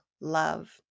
love